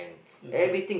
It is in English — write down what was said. okay